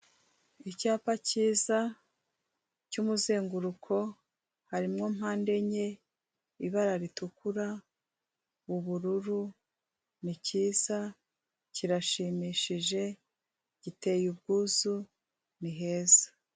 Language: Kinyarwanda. Icyapa cyiza cy'umuzenguruko harimo mpande enye ibara ritukura ubururu ni cyiza kirashimishije giteye ubwuzu ni heza.